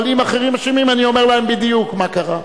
אבל אם אחרים אשמים אני אומר להם בדיוק מה קרה,